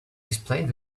explained